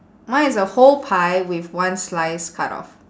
mine is a whole pie with one slice cut off